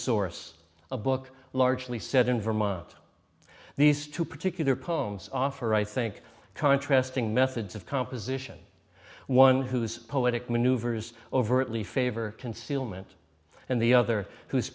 source a book largely set in vermont these two particular poems offer i think contrast in methods of composition one whose poetic maneuvers overtly favor concealment and the other who